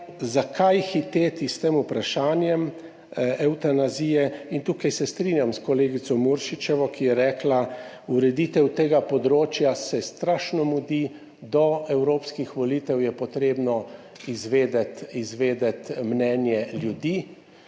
zakaj hiteti s tem vprašanjem evtanazije In tukaj se strinjam s kolegico Muršičevo, ki je rekla, ureditev tega področja se strašno mudi, do evropskih volitev je potrebno izvedeti, izvedeti mnenje ljudi.